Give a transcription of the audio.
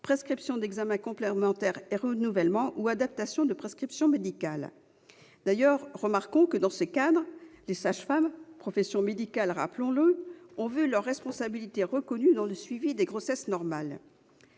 prescriptions d'examens complémentaires et des renouvellements ou adaptations de prescriptions médicales. Dans ce cadre, les sages-femmes, profession médicale rappelons-le, ont vu leurs responsabilités reconnues dans le suivi des grossesses normales.